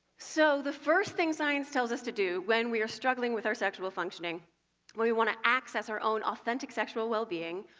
so the first thing science tells us to do when we're struggling with our sexual functioning, when we want to access our own authentic sexual well-being,